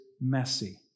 messy